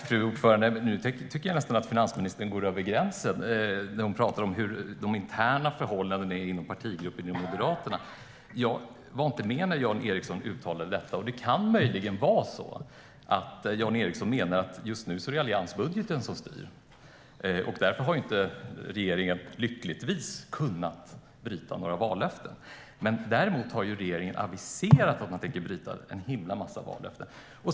Fru talman! Jag tycker nästan att finansministern går över gränsen när hon pratar om hur de interna förhållandena är inom partigruppen i Moderaterna. Jag var inte med när Jan Ericson uttalade sig. Det kan möjligen vara så att han menade att det just nu är alliansbudgeten som styr och att regeringen därför lyckligtvis inte har kunnat bryta några vallöften. Däremot har regeringen aviserat att man tänker bryta en himla massa vallöften.